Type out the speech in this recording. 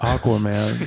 Aquaman